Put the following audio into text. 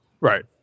right